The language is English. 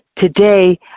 Today